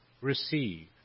receive